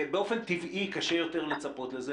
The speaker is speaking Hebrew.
באופן טבעי קשה יותר לצפות לזה.